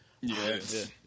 Yes